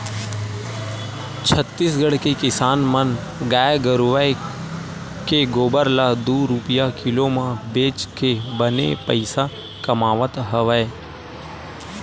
छत्तीसगढ़ के किसान मन गाय गरूवय के गोबर ल दू रूपिया किलो म बेचके बने पइसा कमावत हवय